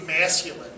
masculine